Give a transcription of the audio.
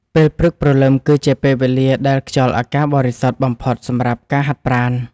ពេលព្រឹកព្រលឹមគឺជាពេលវេលាដែលខ្យល់អាកាសបរិសុទ្ធបំផុតសម្រាប់ការហាត់ប្រាណ។